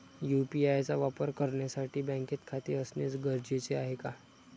UPI चा वापर करण्यासाठी बँकेत खाते असणे गरजेचे आहे का?